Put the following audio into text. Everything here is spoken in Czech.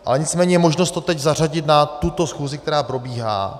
Ale nicméně je možnost to teď zařadit na tuto schůzi, která probíhá.